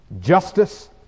justice